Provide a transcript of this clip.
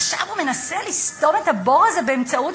עכשיו הוא מנסה לסתום את הבור הזה באמצעות